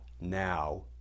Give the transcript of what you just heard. now